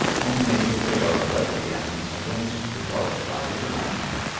only that they are ruddy and against the dark side of the mountain?